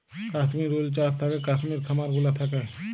কাশ্মির উল চাস থাকেক কাশ্মির খামার গুলা থাক্যে